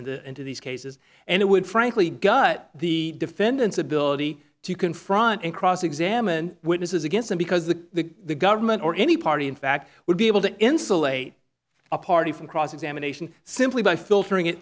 and into these cases and it would frankly gut the defendant's ability to confront and cross examine witnesses against him because the government or any party in fact would be able to insulate a party from cross examination simply by filtering it